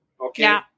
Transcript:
Okay